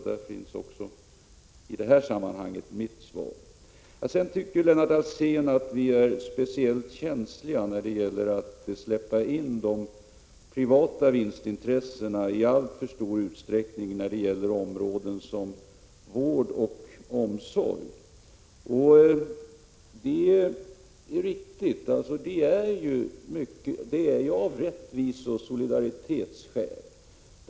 Där finns i detta sammanhang också mitt svar. Lennart Alsén tycker att vi är speciellt känsliga när det gäller att släppa in de privata vinstintressena i alltför stor utsträckning på sådana områden som avser vård och omsorg. Det är riktigt. Vi är det av rättviseoch solidaritetsskäl.